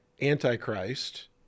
Antichrist